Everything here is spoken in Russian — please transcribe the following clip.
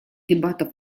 дебатов